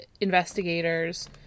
investigators